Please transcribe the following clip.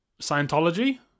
Scientology